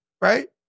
Right